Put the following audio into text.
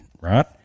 right